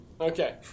Okay